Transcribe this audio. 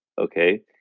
okay